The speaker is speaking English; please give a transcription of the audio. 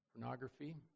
pornography